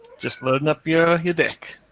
just loading up your your deck.